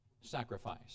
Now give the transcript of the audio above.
sacrifice